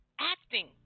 acting